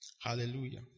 Hallelujah